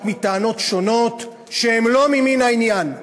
מטענות שונות שהן לא ממין העניין.